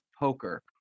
poker